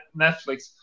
Netflix